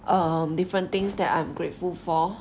um different things that I'm grateful for